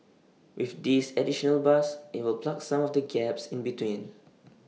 with this additional bus IT will plug some of the gaps in between